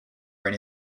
ren